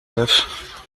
neuf